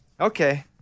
okay